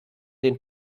den